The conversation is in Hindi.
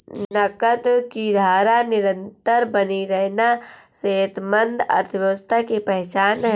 नकद की धारा निरंतर बनी रहना सेहतमंद अर्थव्यवस्था की पहचान है